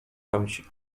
chęci